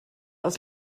aus